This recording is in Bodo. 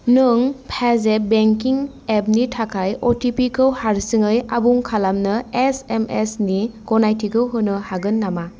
नों पेजेफ बेंकिं एपनि थाखाय अ टि पि खौ हारसिङै आबुं खालामनो एसएमएसनि गनायथिखौ होनो हागोन नामा